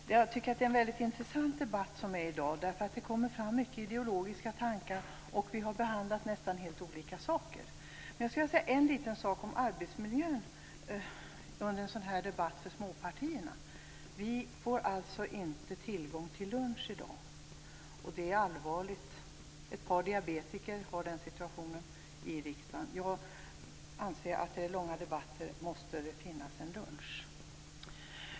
Fru talman! Debatten i dag tror jag blir mycket intressant. Många ideologiska tankar kommer fram. Det är dessutom många nästan helt olika saker som behandlas. Innan jag går in på det huvudsakliga innehållet vill jag säga något om arbetsmiljön för småpartierna när vi har en så här lång debatt. Vi får nämligen inte utrymme för lunch i dag. Detta är allvarligt. Ett par personer i riksdagen är diabetiker. När det är så här långa debatter måste det, anser jag, finnas möjlighet till lunch.